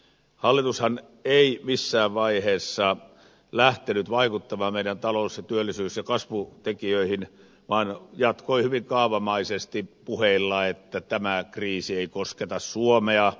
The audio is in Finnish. hallitushan ei missään vaiheessa lähtenyt vaikuttamaan meidän talous työllisyys ja kasvutekijöihimme vaan jatkoi hyvin kaavamaisesti puheilla että tämä kriisi ei kosketa suomea